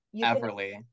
everly